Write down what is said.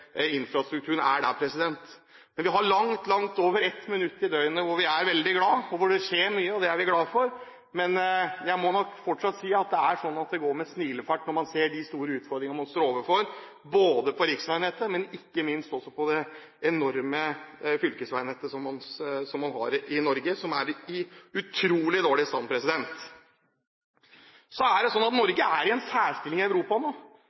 infrastrukturen er der. Men vi har langt over ett minutt i døgnet hvor vi er veldig glade, og hvor det skjer mye. Det er vi glad for, men jeg må nok fortsatt si at det går med sneglefart når det gjelder de store utfordringene man står overfor både på riksveinettet og ikke minst på det enorme fylkesveinettet, som man har i Norge, og som er i utrolig dårlig stand. Norge er i en særstilling i Europa nå.